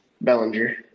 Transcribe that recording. Bellinger